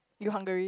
you hungry